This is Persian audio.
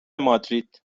مادرید